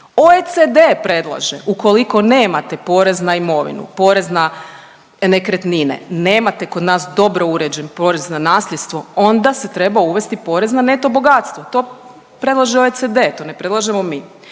OEC predlaže ukoliko nemate porez na imovinu, porez na nekretnine nemate kod nas dobro uređen porez na nasljedstvo onda se treba uvesti porez na neto bogatstvo, to predlaže OECD, to ne predlažemo mi,